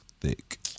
thick